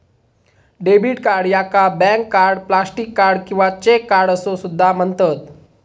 debit card याका bank card, plastic card किंवा cheque card असो सुद्धा म्हणतत